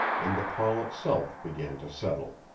and the pall itself began to settle.